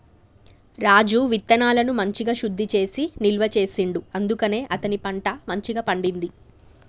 రాజు విత్తనాలను మంచిగ శుద్ధి చేసి నిల్వ చేసిండు అందుకనే అతని పంట మంచిగ పండింది